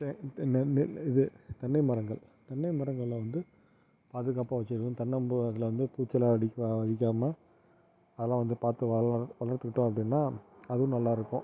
நெல் இது தென்னை மரங்கள் தென்னைமரங்கள்லாம் வந்து பாதுகாப்பாக வெச்சுருக்கணும் தென்னம்பூ அதில் வந்து பூச்சிலாம் அடிக்க அடிக்காமல் அதலாம் வந்து பார்த்து வளர்த்துக்கிட்டோம் அப்படின்னா அதுவும் நல்லாயிருக்கும்